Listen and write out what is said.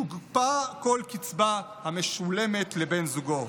תוקפא כל קצבה המשולמת לבן זוגו,